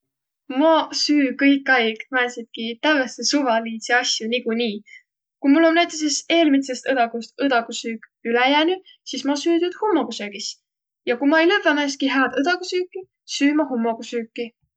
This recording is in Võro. Maq süü kõik aig määtsidki tävveste suvaliidsi asjo nii kui nii. Ku mul om näütüses eelmidsest õdagust õdagusüük üle jäänüq, sis ma süü tuud hummogusöögis, ja ku ma ei lövväq määnestki hääd õdagusüüki, süü ma hummogusüüki.